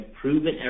proven